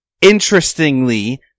interestingly